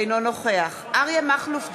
אינו נוכח אריה מכלוף דרעי,